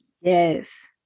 Yes